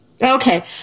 Okay